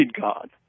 God